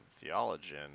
theologian